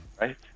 Right